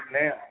now